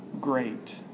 great